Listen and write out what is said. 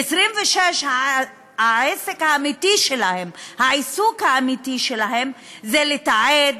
26 העיסוק האמיתי שלהם הוא לתעד,